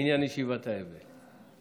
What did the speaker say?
לעניין ישיבת האבל.